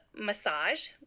massage